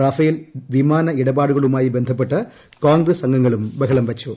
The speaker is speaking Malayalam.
റഫാൽ വിമാന ഇടപാടുകളുമായി ബന്ധപ്പെട്ട് കോൺഗ്രസ് അംഗങ്ങളും ബഹളം വച്ചു